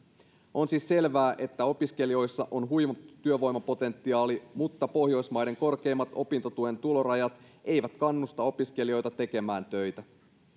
on siis selvää että opiskelijoissa on huima työvoimapotentiaali mutta pohjoismaiden korkeimmat opintotuen tulorajat eivät kannusta opiskelijoita tekemään töitä